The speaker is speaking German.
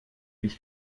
ich